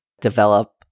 develop